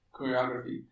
choreography